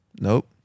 Nope